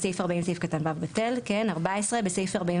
בסעיף 41